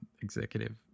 executive